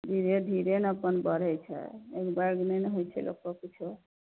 धीरे धीरे ने अपन बढ़य छै एक बैग नहि ने होइ छै लोकके कुछो